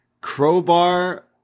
crowbar